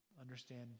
understand